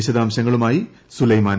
വിശദാംശങ്ങളുമായി സൂലൈമാൻ